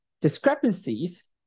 discrepancies